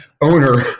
owner